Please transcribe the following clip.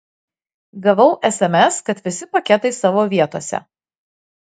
gavau sms kad visi paketai savo vietose